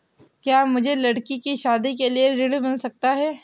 क्या मुझे लडकी की शादी के लिए ऋण मिल सकता है?